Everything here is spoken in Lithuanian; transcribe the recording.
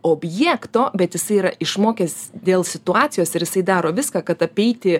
objekto bet jisai yra išmokęs dėl situacijos ir jisai daro viską kad apeiti